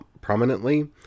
prominently